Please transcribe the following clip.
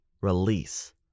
release